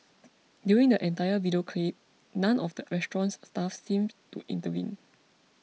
during the entire video clip none of the restaurant's staff seemed to intervene